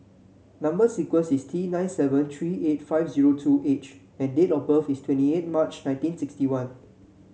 number sequence is T nine seven three eight five zero two H and date of birth is twenty eight March nineteen sixty one